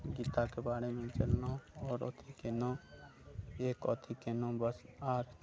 गीताके बारेमे जनलहुँ आओर अथी केलहुँ एक अथी केलहुँ बस आओर